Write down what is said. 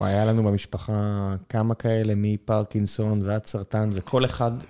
היה לנו במשפחה כמה כאלה, מי פרקינסון ואת סרטן וכל אחד.